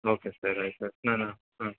okay sir ಆಯ್ತಾ ನಾನಾ ಹಾಂ